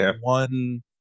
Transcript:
one